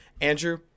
Andrew